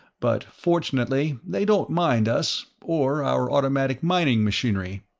but fortunately they don't mind us, or our automatic mining machinery.